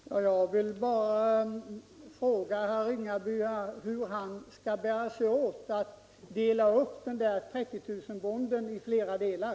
Fru talman! Jag vill bara fråga herr Ringaby hur han skall bära sig åt för att dela upp den där 30 000-kronorsbonden i flera delar.